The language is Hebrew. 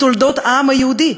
מתולדות העם היהודי?